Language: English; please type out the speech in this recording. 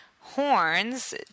horns